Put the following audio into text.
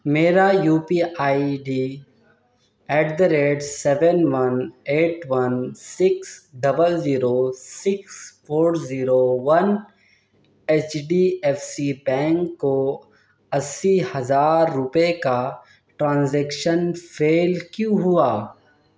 میرا U P I D at the rate seven one eight one six double zero six four zero one H D F C bank کو اسّی ہزار روپئے کا transaction fail کیوں ہوا